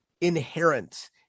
inherent